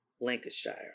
Lancashire